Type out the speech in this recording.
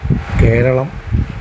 Keralam